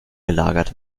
gelagert